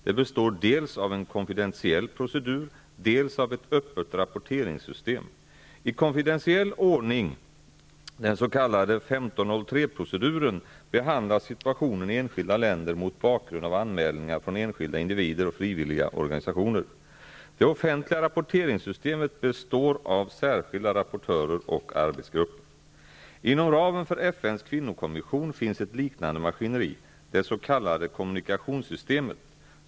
Det består dels av en konfidentiell procedur, dels av ett öppet rapporteringssystem. I konfidentiell ordning, den s.k. 1503-proceduren, behandlas situationen i enskilda länder mot bakgrund av anmälningar från enskilda individer och frivilliga organisationer. Det offentliga rapporteringssystemet består av särskilda rapportörer och arbetsgrupper. Inom ramen för FN:s kvinnokommission finns ett liknande maskineri, det s.k. kommunikationssystemet.